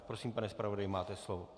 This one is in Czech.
Prosím, pane zpravodaji, máte slovo.